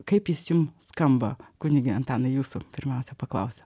kaip jis jum skamba kunige antanai jūsų pirmiausia paklausiu